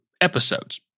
episodes